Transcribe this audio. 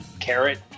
carrot